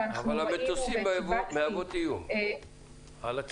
אבל אנחנו יודעים --- המטוסים מהווים על הציפורים.